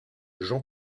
jean